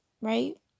right